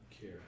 care